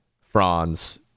Franz